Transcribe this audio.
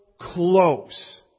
close